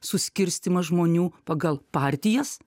suskirstymas žmonių pagal partijas